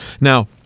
now